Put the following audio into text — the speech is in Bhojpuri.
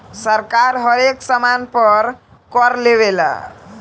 सरकार हरेक सामान पर कर लेवेला